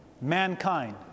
mankind